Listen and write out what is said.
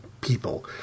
people